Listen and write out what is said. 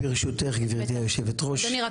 הוד לוי,